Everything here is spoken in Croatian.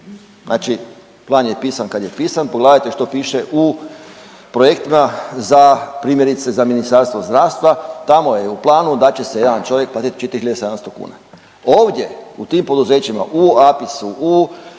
Znači Plan je pisan je pisan, pogledajte što piše u projektima za, primjerice, za Ministarstvo zdravstva, tako je u planu da će se jedan čovjek platiti 4700 kuna. Ovdje u tim poduzećima, u APIS-u, u